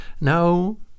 No